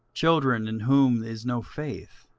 children in whom is no faith.